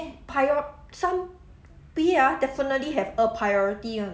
prio~ some we ah definitely have a priority [one]